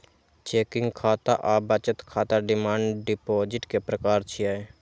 checking खाता आ बचत खाता डिमांड डिपोजिट के प्रकार छियै